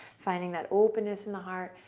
finding that openness in the heart.